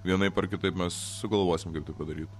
vienaip ar kitaip mes sugalvosim kaip tai padaryti